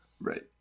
Right